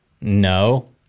No